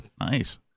Nice